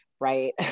right